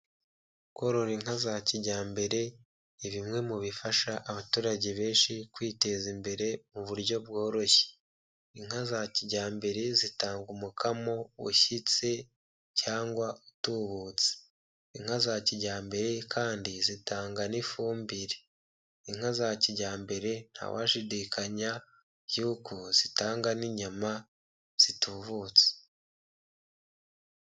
Korora inka za kijyambere ni bimwe mu bifasha abaturage benshi kwiteza imbere mu buryo bworoshye. Inka za kijyambere zitanga umukamo ushyitse cyangwa utubutse. Inka za kijyambere kandi zitanga n'ifumbire, inka za kijyambere ntawashidikanya y'uko zitanga n'inyama zitubutse.